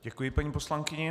Děkuji paní poslankyni.